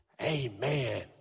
Amen